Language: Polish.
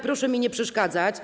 Proszę mi nie przeszkadzać.